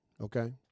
okay